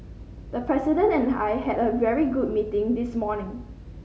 the President and I had a very good meeting this morning